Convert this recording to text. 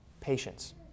patience